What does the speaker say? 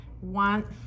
one